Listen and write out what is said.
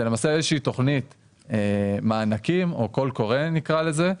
זה למעשה איזה שהיא תוכנית מענקים או קול קורא נקרא לזה,